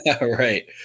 Right